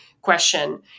question